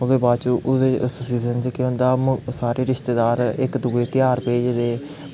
ओह्दे बाद च उस सीज़न च केह् होंदा सारे रिश्तेदार इक दुए गी तेहार भेजदे